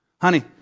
Honey